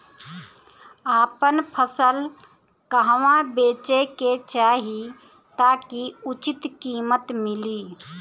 आपन फसल कहवा बेंचे के चाहीं ताकि उचित कीमत मिली?